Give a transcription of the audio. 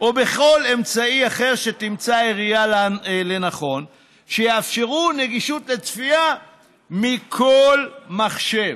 או בכל אמצעי אחר שתמצא העירייה לנכון שיאפשרו גישה לצפייה מכל מחשב.